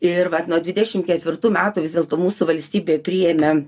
ir vat nuo dvidešim ketvirtų metų vis dėlto mūsų valstybė priėmė